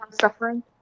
suffering